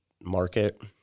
market